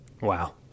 wow